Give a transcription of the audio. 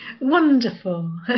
wonderful